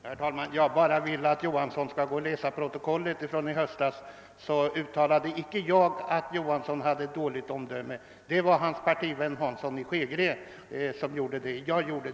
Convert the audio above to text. Herr talman! Jag vill uppmana herr Johansson att gå tillbaka till protokollet från höstens debatt. Då skall han nämligen finna att jag inte uttalade att herr Johansson hade dåligt omdöme. Det var bara hans partikamrat som gjorde det.